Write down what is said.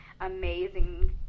amazing